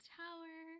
tower